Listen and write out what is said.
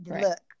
look